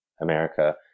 America